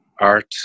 art